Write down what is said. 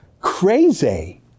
crazy